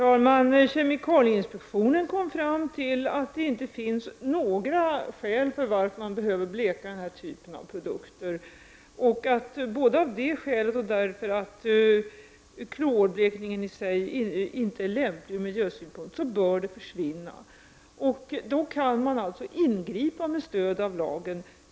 Herr talman! Kemikalieinspektionen kom fram till att det inte finns några skäl för att bleka den här typen av produkter. Både av det skälet och för att klorblekning i sig inte är lämplig ur miljösynpunkt bör den försvinna. Här kan man alltså ingripa med stöd av lagen.